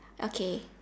okay